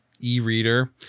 e-reader